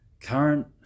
current